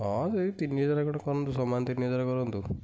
ହଁ ସେଇ ତିନି ହଜାର କରନ୍ତୁ ସମାନ ତିନି ହଜାର କରନ୍ତୁ